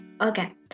Okay